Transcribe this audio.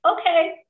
Okay